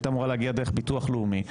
והייתה אמור להגיע דרך ביטוח לאומי.